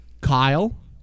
Kyle